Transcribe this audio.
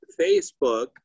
Facebook